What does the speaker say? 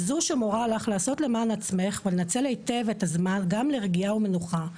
זו שמורה לך לעשות למען עצמך ולנצל היטב את הזמן גם לרגיעה ומנוחה,